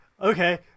Okay